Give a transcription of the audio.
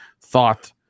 thought